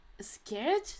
scared